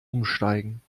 umsteigen